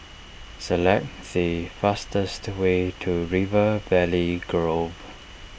select the fastest way to River Valley Grove